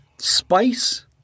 Spice